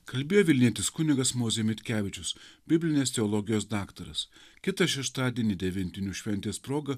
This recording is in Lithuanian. kalbėjo vilnietis kunigas mozė mitkevičius biblinės teologijos daktaras kitą šeštadienį devintinių šventės proga